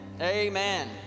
Amen